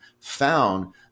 found